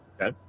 Okay